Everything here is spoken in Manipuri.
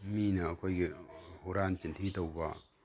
ꯃꯤꯅ ꯑꯩꯈꯣꯏꯒꯤ ꯍꯨꯔꯥꯟ ꯆꯤꯟꯊꯤ ꯇꯧꯕ